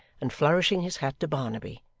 and flourishing his hat to barnaby,